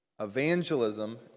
Evangelism